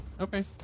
Okay